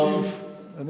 חברת הכנסת וילף,